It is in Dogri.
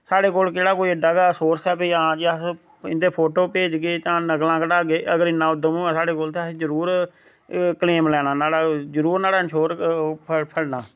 साढ़े कोल केह्ड़ा कोई एड्डा गै सोर्स ऐ भाई हां जी अस इं'दे फोटो भेजगे जां नकलां कढागे अगर इन्ना उद्दम होए साढ़े कोल ते असें जरूर क्लेंम लैना न्हाड़ा जरूर न्हाड़ा इंशोर फड़ना